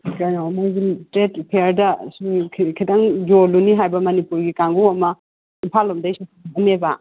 ꯀꯩꯅꯣ ꯃꯣꯏꯒꯤ ꯇ꯭ꯔꯦꯠ ꯐꯤꯌꯔꯗ ꯁꯨꯝ ꯈꯤꯇꯪ ꯌꯣꯜꯂꯨꯅꯤ ꯍꯥꯏꯕ ꯃꯅꯤꯄꯨꯔꯒꯤ ꯀꯥꯡꯒꯨ ꯑꯃ ꯏꯝꯐꯥꯜ ꯂꯣꯝꯗꯩꯁꯨ ꯂꯥꯛꯅꯦꯕ